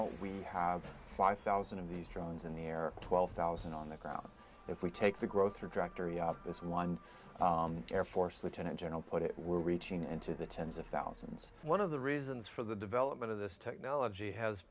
now we have five thousand of these drawings in the air twelve thousand on the ground if we take the growth of directory out this one air force lieutenant general put it we're reaching into the tens of thousands one of the reasons for the development of this technology has